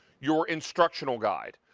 your instructional guide.